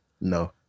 No